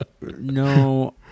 No